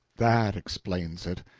that explains it.